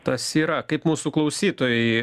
tas yra kaip mūsų klausytojai